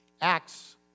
Acts